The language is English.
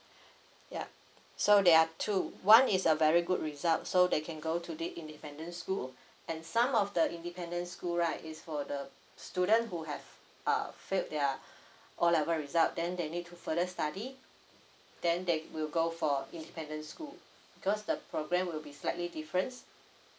yeah so there are two one is a very good result so they can go to this independence school and some of the independent school right is for the student who have uh failed their O level result then they need to further study then they will go for independent school because the program will be slightly difference